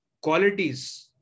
qualities